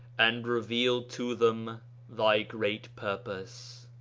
and reveal to them thy great purpose.